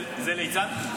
זה ליצן?